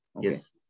Yes